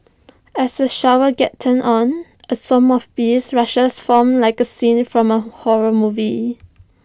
as the shower gets turned on A swarm of bees rushes from like A scene from A horror movie